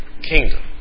kingdom